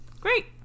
Great